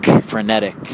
frenetic